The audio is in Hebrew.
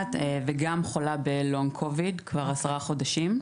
מדעת וגם חולה בלונג קוביד כבר עשרה חודשים.